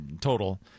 total